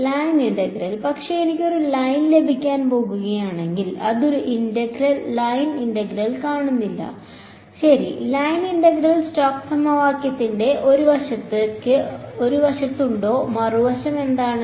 line integral പക്ഷേ എനിക്ക് ഒരു ലൈൻ ലഭിക്കാൻ പോകുകയാണെങ്കിൽ ഒരു ലൈൻ ഇന്റഗ്രൽ കാണുന്നില്ല ശരി ലൈൻ ഇന്റഗ്രൽ സ്റ്റോക്ക്സ് സമവാക്യത്തിന്റെ ഒരു വശത്ത് ഉണ്ടോ മറുവശം എന്താണ്